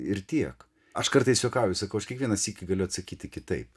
ir tiek aš kartais juokauju sakau aš kiekvieną sykį galiu atsakyti kitaip